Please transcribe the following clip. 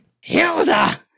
Hilda